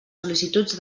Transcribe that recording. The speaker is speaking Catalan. sol·licituds